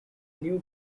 new